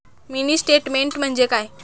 Mini statement म्हणजे काय?